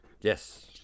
yes